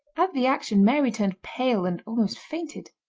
at the action mary turned pale and almost fainted.